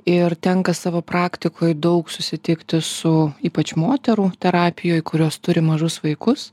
ir tenka savo praktikoj daug susitikti su ypač moterų terapijoj kurios turi mažus vaikus